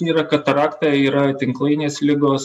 yra katarakta yra tinklainės ligos